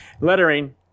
Lettering